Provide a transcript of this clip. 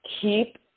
keep